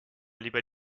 lieber